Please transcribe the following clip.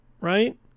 right